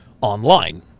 online